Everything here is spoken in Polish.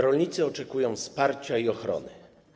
Rolnicy oczekują wsparcia i ochrony.